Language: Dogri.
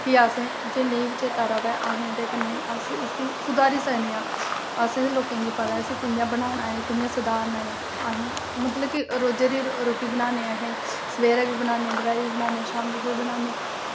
जे नेईं बी चेता रेहा अस एह्दे कन्नै अस एह् सुधारी सकने आं असें लोकें गी पता ऐ कि'यां बनाना ऐ कि'यां सुधारना ऐ असें मतलब कि जेह्ड़ी रुट्टी बनानी असें सवेरे बी बनाने दपैह्री बी बनान्ने ते शामीं दी बी बनान्ने